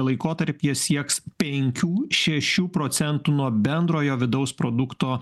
laikotarpyje sieks penkių šešių procentų nuo bendrojo vidaus produkto